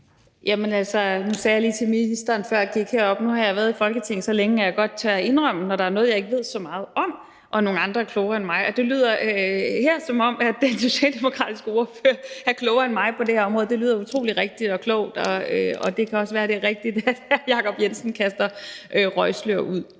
Stampe (RV): Nu sagde jeg lige til ministeren, før jeg gik herop, at jeg nu har været i Folketinget så længe, at jeg godt tør indrømme, når der er noget, jeg ikke ved så meget om, og nogle andre er klogere end mig, og det lyder, som om den socialdemokratiske ordfører er klogere end mig på det her område. For det lyder utrolig rigtigt og klogt, og det kan også være, det er rigtigt, at hr. Jacob Jensen kaster røgslør ud.